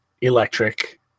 Electric